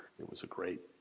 it was a great,